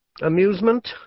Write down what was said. Amusement